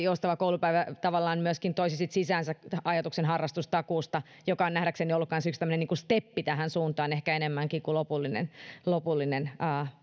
joustava koulupäivä tavallaan myöskin toisi sitten sisäänsä ajatuksen harrastustakuusta joka myös on nähdäkseni ollut yksi tämmöinen steppi tähän suuntaan ehkä enemmänkin kuin lopullinen lopullinen